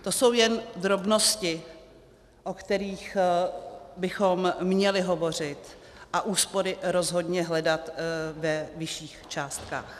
To jsou jen drobnosti, o kterých bychom měli hovořit, a úspory rozhodně hledat ve vyšších částkách.